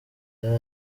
yari